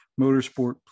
Motorsport